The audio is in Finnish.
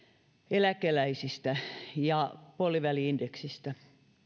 eläkeläisistä ja puoliväli indeksistä